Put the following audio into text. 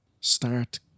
Start